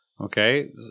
okay